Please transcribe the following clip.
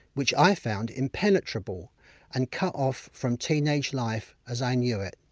which i found impenetrable and cut-off from teenage life as i knew it!